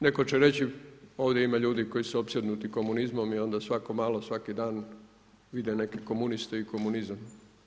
Netko će reći, ovdje ima ljudi koji su opsjednuti komunizmom i onda svako malo, svaki dan vide neke komuniste i komunizam.